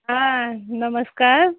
हां नमस्कार